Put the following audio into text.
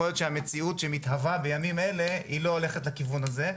יכול להיות שהמציאות שמתהווה בימים אלה היא לא הולכת לכיוון הזה,